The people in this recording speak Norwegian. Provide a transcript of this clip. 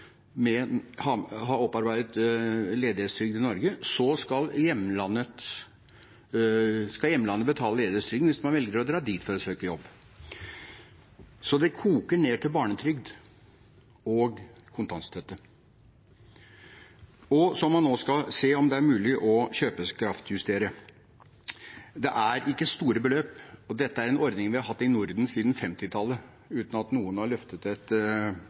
med at vi har andre virkemidler til å håndtere det. Det er jo også slik i EØS-avtalen at hvis man velger å vende hjem og har opparbeidet ledighetstrygd i Norge, så skal hjemlandet betale ledighetstrygden hvis man velger å dra dit for å søke jobb. Det koker ned til barnetrygd og kontantstøtte, som man nå skal se på om er mulig å kjøpekraftjustere. Det er ikke store beløp, og det er en ordning vi har hatt i